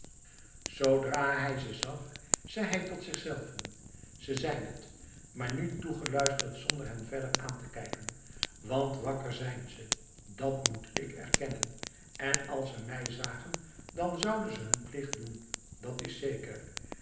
zoodra hij ze zag zeî hij tot zichzelven ze zijn het maar nu toegeluisterd zonder hen verder aan te kijken want wakker zijn ze dat moet ik erkennen en als ze mij zagen dan zouden ze hun plicht doen dat is zeker